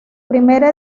primera